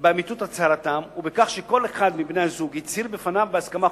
באמיתות הצהרתם ובכך שכל אחד מבני-הזוג הצהיר בפניו בהסכמה חופשית,